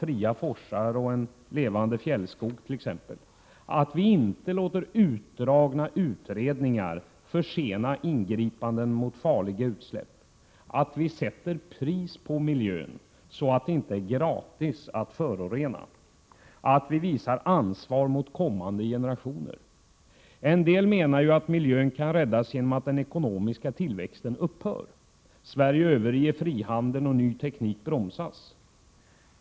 fria forsar och en levande fjällskog, att vi inte låter utdragna utredningar försena ingripanden mot farliga utsläpp, att vi sätter pris på miljön, så att det inte är gratis att förorena, att vi visar ansvar mot kommande generationer. En del menar ju att miljön kan räddas genom att den ekonomiska tillväxten upphör — Sverige överger frihandeln och ny teknik bromsas.